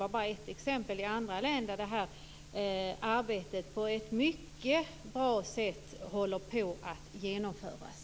Jag har också varit i andra län där det här arbetet på ett mycket bra sätt håller på att genomföras.